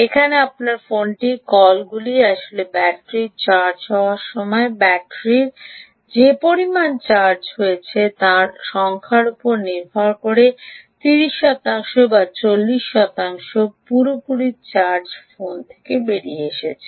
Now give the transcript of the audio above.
এমনকি আপনার ফোনটি কলগুলি আসলে ব্যাটারির চার্জ হওয়ার সময় এবং ব্যাটারির যে পরিমাণ চার্জ হয়েছে তার সংখ্যার উপর নির্ভর করে 30 শতাংশ বা 40 শতাংশ বলে পুরোপুরি চার্জ ফোন থেকে বেরিয়ে এসেছে